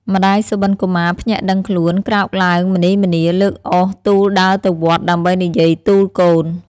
ម្តាយសុបិនកុមារភ្ញាក់ដឹងខ្លួន ក្រោកឡើងម្នីម្នាលើកអុសទូលដើរទៅវត្ត ដើម្បីនិយាយទូលកូន ។